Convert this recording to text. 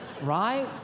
right